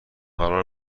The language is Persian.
قرار